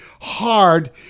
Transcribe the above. hard